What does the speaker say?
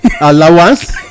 allowance